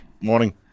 morning